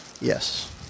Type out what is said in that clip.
Yes